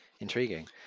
Intriguing